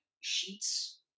sheets